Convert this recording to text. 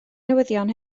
newyddion